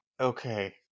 Okay